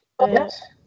Yes